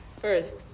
first